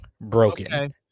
broken